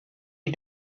you